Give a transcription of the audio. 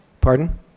Pardon